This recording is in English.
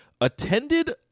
attended